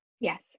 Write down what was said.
Yes